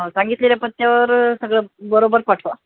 ह सांगितलेल्या पत्त्यावर सगळं बरोबर पाठवा